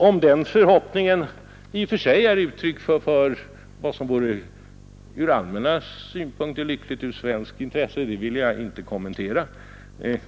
Om denna förhoppning i och för sig är ett uttryck för vad som ur allmänna synpunkter är ett svenskt intresse vill jag inte kommentera.